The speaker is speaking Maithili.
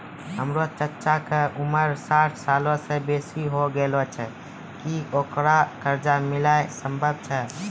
हमरो चच्चा के उमर साठ सालो से बेसी होय गेलो छै, कि ओकरा कर्जा मिलनाय सम्भव छै?